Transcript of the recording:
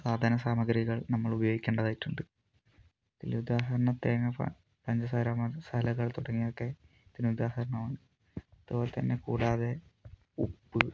സാധന സാമഗ്രികൾ നമ്മള് ഉപയോഗിക്കേണ്ടതായിട്ടുണ്ട് അതില് ഉദാഹരണം തേങ്ങാപാൽ പഞ്ചസാര മസാലകൾ തുടങ്ങിയവയൊക്കെ ഇതിനു ഉദാഹരണമാണ് ഇതുപോലെതന്നെ കൂടാതെ ഉപ്പ്